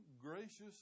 gracious